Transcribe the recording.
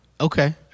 Okay